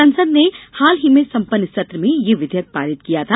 संसद ने हाल ही में सम्पन्न सत्र में यह विधेयक पारित किया था